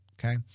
Okay